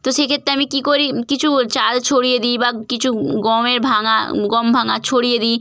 তো সেই ক্ষেত্রে আমি কী করি কিছু চাল ছড়িয়ে দিই বা কিছু গমের ভাঙা গম ভাঙা ছড়িয়ে দিই